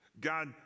God